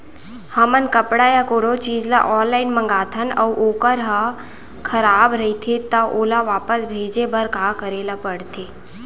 हमन कपड़ा या कोनो चीज ल ऑनलाइन मँगाथन अऊ वोकर ह खराब रहिये ता ओला वापस भेजे बर का करे ल पढ़थे?